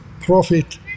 profit